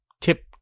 tip